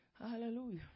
Hallelujah